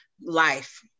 life